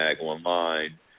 Online